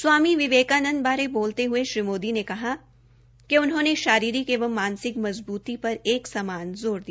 स्वामी विवेकानंद बारे बोलते हये श्री मोदी ने कहा कि उन्होंने शारीरिक एवं मानसिक मज़बूती पर एक समान ज़ोर दिया